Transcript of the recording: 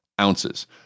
ounces